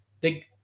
big